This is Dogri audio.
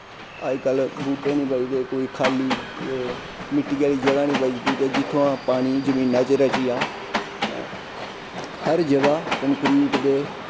अजकल्ल बूह्टे निं बचदे कोई खाल्ली मिट्टी आह्ली जगह नि बचदी जित्थुआं पानी जमीना च रची जाऽ ते हर जह कंकरिट दे